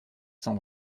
cent